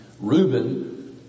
Reuben